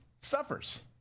suffers